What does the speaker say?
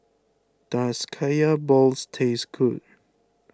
does Kaya Balls taste good